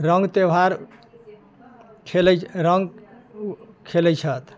रङ्ग त्यौहार खेलै रङ्ग ओ खेलै छथि